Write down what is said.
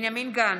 בנימין גנץ,